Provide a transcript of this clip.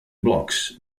blocks